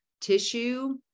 tissue